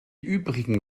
übrigen